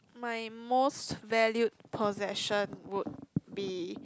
my most valued possession would be